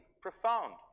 profound